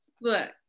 look